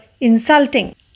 insulting